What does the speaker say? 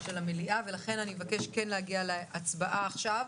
של המליאה אני מבקשת להגיע להצבעה עכשיו.